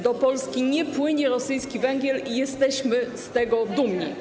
Do Polski nie płynie rosyjski węgiel i jesteśmy z tego dumni.